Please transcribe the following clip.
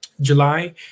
July